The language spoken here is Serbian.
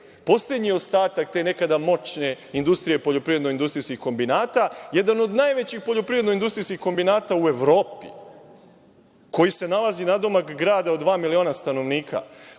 poslednji ostatak te nekada moćne industrije poljoprivedno-industrijskih kombinata, jedan od najvećih poljoprivedno-industrijskih kombinata u Evropi, koji se nalazi nadomak grada od dva miliona stanovnika,